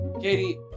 Katie